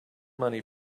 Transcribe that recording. money